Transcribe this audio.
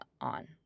on